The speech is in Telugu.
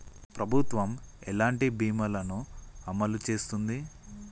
ప్రభుత్వం ఎలాంటి బీమా ల ను అమలు చేస్తుంది?